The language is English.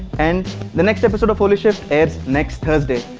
and the next episode of holy shift airs next thursday.